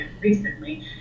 recently